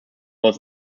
was